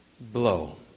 blow